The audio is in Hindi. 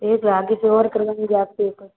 यही तो आगे से और करवाएंगे आपसे एक और